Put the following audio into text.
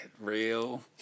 real